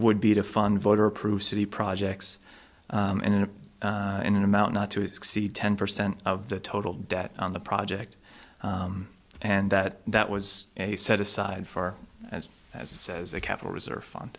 would be to fund voter approved city projects and then in an amount not to exceed ten percent of the total debt on the project and that that was a set aside for as it says a capital reserve fun